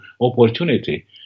opportunity